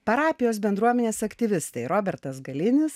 parapijos bendruomenės aktyvistai robertas galinis